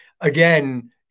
again